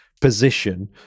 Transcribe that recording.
position